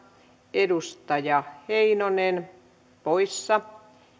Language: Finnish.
edustaja heinonen poissa